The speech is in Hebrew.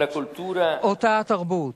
אותה תרבות